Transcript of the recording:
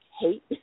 hate